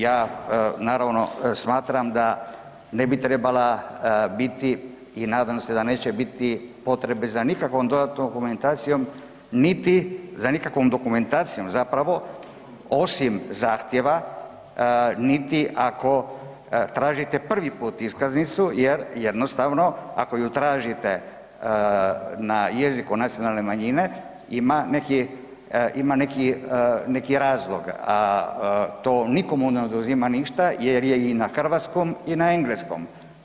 Ja naravno smatram da ne bi trebala biti i nadam se da neće biti potrebe za nikakvom dodatnom dokumentacijom niti za nikakvom dokumentacijom zapravo osim zahtjeva niti ako tražite prvi put iskaznicu jer jednostavno ako ju tražite na jeziku nacionalne manjine ima neki, ima neki, neki razlog, a to nikomu ne oduzima ništa jer je i na hrvatskom i na engleskom.